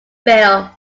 bill